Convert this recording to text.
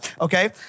okay